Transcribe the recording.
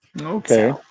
Okay